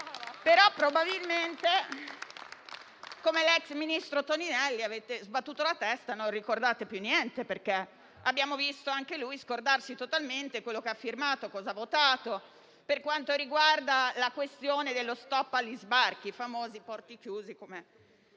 Probabilmente però, come l'ex ministro Toninelli, avete sbattuto la testa e non ricordate più niente. Abbiamo visto anche lui scordarsi totalmente quello che ha firmato e cosa ha votato per quanto riguarda la questione dello *stop* agli sbarchi, i famosi porti chiusi,